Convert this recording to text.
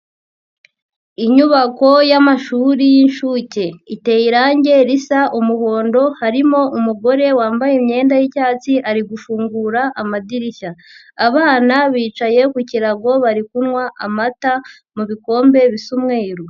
Inyubako y'amashuri y'inshuke iteye irangi risa umuhondo, harimo umugore wambaye imyenda y'icyatsi ari gufungura amadirishya, abana bicaye ku kirago, bari kunywa amata mu bikombe bisa umweru.